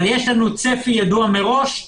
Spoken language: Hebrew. אבל יש לנו צפי ידוע מראש,